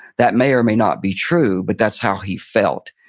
that may or may not be true, but that's how he felt,